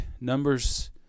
Numbers